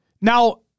Now